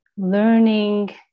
learning